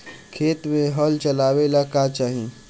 खेत मे हल चलावेला का चाही?